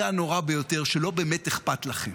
זה הנורא ביותר, שלא באמת אכפת לכם.